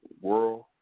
world